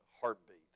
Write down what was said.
heartbeat